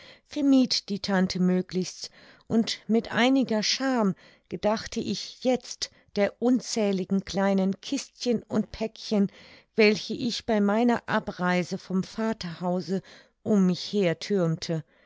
vermied die tante möglichst und mit einiger scham gedachte ich jetzt der unzähligen kleinen kistchen und päckchen welche ich bei meiner abreise vom vaterhause um mich her thürmte